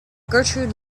gertrude